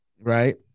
Right